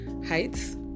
heights